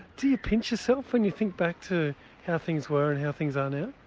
do you pinch yourself when you think back to how things were and how things are now?